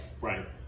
Right